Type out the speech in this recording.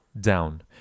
down